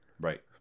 Right